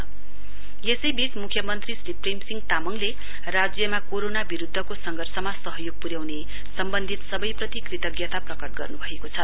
सि M message यसैबीच मुख्यमनत्री श्री प्रेमसिंह तामङले राज्यमा कोरोना विरूद्धको संघर्षमा सहयोग पुर्याउने सम्वन्धित सबैप्रति कृत्ज्ञता प्रकट गर्नुभएको छ